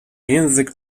język